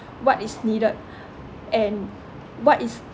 what is needed and what is